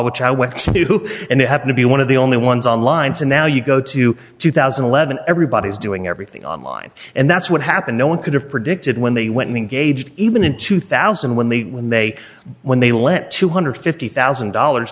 which i went to and you have to be one of the only ones on lines and now you go to two thousand and eleven everybody's doing everything online and that's what happened no one could have predicted when they went in gauged even in two thousand when they when they when they lent two hundred and fifty thousand dollars